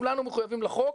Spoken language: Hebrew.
כולנו מחוייבים לחוק,